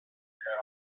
heran